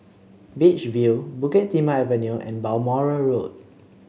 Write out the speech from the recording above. Beach View Bukit Timah Avenue and Balmoral Road